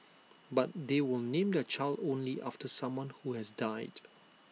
but they will name their child only after someone who has died